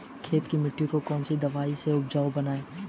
खेत की मिटी को कौन सी दवाई से उपजाऊ बनायें?